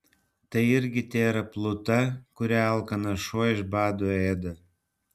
tai irgi tėra pluta kurią alkanas šuo iš bado ėda